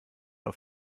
auf